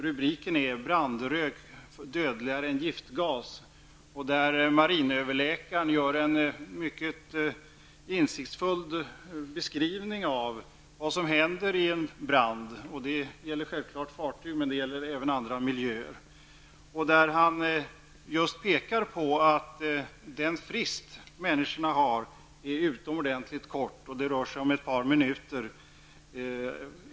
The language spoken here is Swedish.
Rubriken är där Brandrök dödligare än giftgas. Marinöverläkaren där gör en mycket insiktsfull beskrivning av vad som händer i en brand. Det gäller självfallet fartyg, men det gäller även andra miljöer. Han pekar på att den frist människorna har är utomordentligt kort. Det rör sig om ett par minuter.